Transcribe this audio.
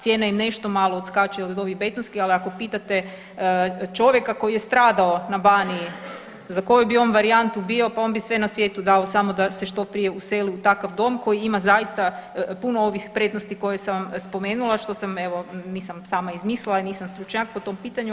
Cijena im nešto malo odskače od ovih betonskih, ali ako pitate čovjeka koji je stradao na Baniji za koju bi on varijantu bio pa on bi sve na svijetu dao samo da se što prije useli u takav dom koji ima zaista puno ovih prednosti koje sam vam spomenula što sam evo, nisam sama izmislila i nisam stručnjak po tom pitanju.